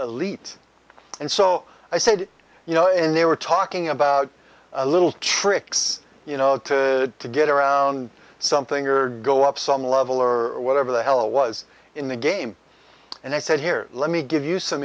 elite and so i said you know and they were talking about a little tricks you know to get around something or go up some level or whatever the hell was in the game and i said here let me give you some